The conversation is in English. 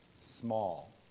small